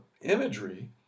imagery